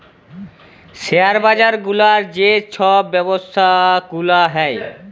share বাজার গুলার যে ছব ব্যবছা গুলা হ্যয়